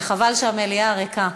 וחבל שהמליאה ריקה.